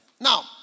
Now